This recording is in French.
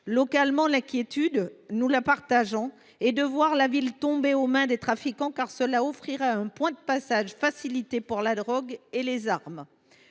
Localement, l’inquiétude que nous partageons est de voir la ville tomber aux mains des trafiquants, ce qui offrirait un point de passage facilité à la drogue et aux armes.